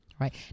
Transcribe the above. Right